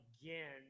again